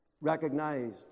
recognized